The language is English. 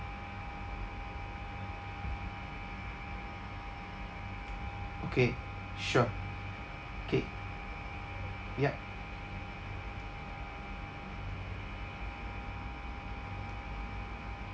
okay sure K ya